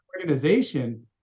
organization